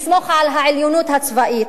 לסמוך על העליונות הצבאית.